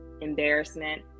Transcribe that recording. embarrassment